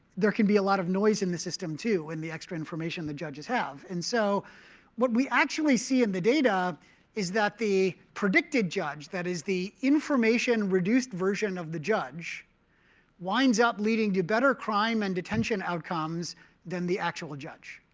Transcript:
there can be a lot of noise in the system too, in the extra information the judges have. and so what we actually see in the data is that the predicted judge that is, the information-reduced version of the judge winds up leading to better crime and detention outcomes than the actual judge.